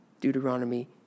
Deuteronomy